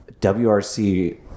WRC